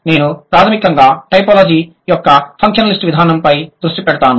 నేను ప్రాథమికంగా టైపోలాజీ యొక్క ఫంక్షనలిస్ట్ విధానంపై దృష్టి పెడతాను